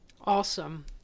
Awesome